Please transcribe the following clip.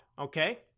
okay